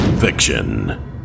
fiction